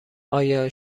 آیا